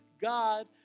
God